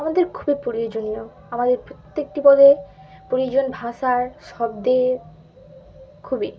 আমাদের খুবই প্রয়োজনীয় আমাদের প্রত্যেকটি পদে প্রয়োজন ভাষার শব্দের খুবই